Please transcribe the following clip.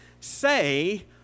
say